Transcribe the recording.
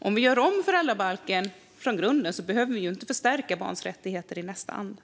Om vi gör om föräldrabalken från grunden behöver vi alltså inte stärka barns rättigheter i nästa andetag.